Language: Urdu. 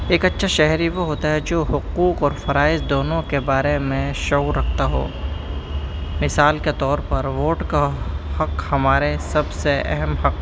ایک اچھا شہری وہ ہوتا ہے جو حقوق اور فرائض دونوں کے بارے میں شعور رکھتا ہو مثال کے طور پر ووٹ کا حق ہمارے سب سے اہم حق